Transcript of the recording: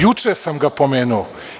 Juče sam ga pomenuo.